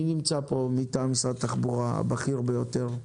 מי נמצא פה מטעם משרד התחבורה, הבכיר ביותר?